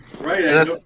Right